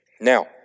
Now